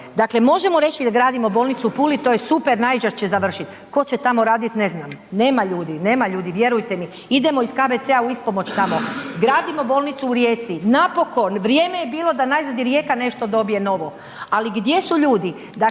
Dakle, možemo reći da gradimo bolnicu u Puli, to je super najzad će završit, tko će tamo radit, ne znam, nema ljudi, nema ljudi vjerujte mi, idemo iz KBC u ispomoć tamo, gradimo bolnicu u Rijeci, napokon, vrijeme je bilo da najzad i Rijeka dobije nešto novo, ali gdje su ljudi.